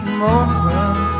moment